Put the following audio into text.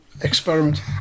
experiment